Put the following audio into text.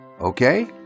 okay